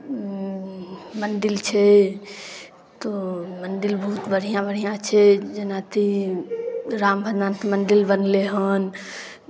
मण्डिल छै तऽ मण्डिल बहुत बढ़िआँ बढ़िआँ छै जेनाति राम भदवानते मण्डिल बनलै हन